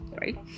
right